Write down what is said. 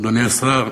אדוני השר,